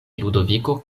ludoviko